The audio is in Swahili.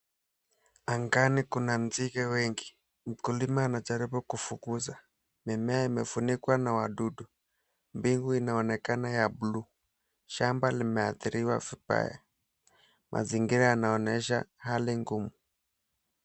Angani kuna nzige wengi. Mkulima anajaribu kufukuza. Mimea imefunikwa na wadudu. Mbingu inaonekana ya blue . Shamba limeathiriwa vibaya. Mazingira yanaonyesha hali ngumu.